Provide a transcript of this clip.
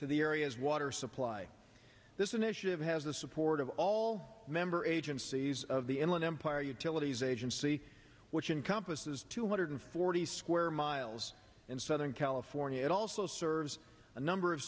to the area's water supply this initiative has the support of all member agencies of the inland empire utilities agency which encompasses two hundred forty square miles and southern california it also serves a number of